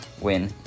win